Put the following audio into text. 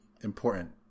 important